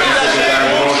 הנושא האחרון,